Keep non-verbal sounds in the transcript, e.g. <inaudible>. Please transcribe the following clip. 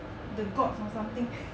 the gods or something <laughs>